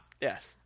Yes